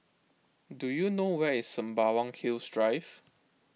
do you know where is Sembawang Hills Drive